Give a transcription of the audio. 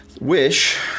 Wish